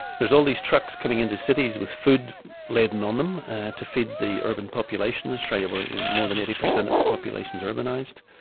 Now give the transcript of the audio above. there's all these trucks coming into cities with food laden on them to feed the urban population. in australia you know more than eighty percent of the population is urbanised.